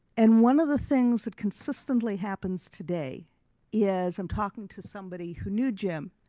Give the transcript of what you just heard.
and one of the things that consistently happens today is i'm talking to somebody who knew jim